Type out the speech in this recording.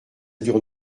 dure